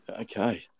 Okay